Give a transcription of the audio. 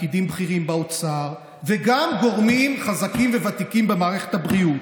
פקידים בכירים באוצר וגם גורמים חזקים ובתיקים במערכת הבריאות,